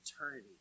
eternity